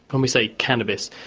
when we say cannabis,